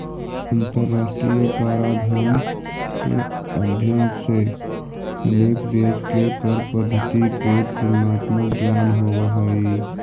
अंतरराष्ट्रीय कराधान के अध्ययन से अनेक देश के कर पद्धति के तुलनात्मक ज्ञान होवऽ हई